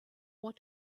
what